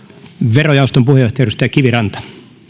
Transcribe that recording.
verojaoston puheenjohtaja edustaja kiviranta